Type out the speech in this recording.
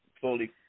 Fully